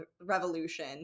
revolution